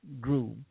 grew